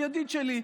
הוא ידיד שלי.